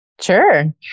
Sure